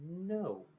No